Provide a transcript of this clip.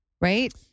right